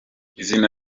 izina